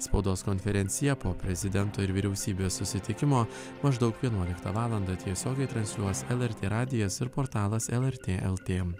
spaudos konferencija po prezidento ir vyriausybės susitikimo maždaug vienuoliktą valandą tiesiogiai transliuos lrt radijas ir portalas lrt lt